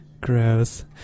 Gross